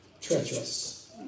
treacherous